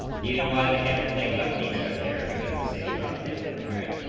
you know why they can't take companies are there because the city brought them and and